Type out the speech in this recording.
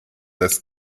das